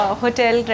hotel